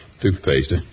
Toothpaste